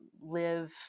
live